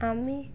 আমি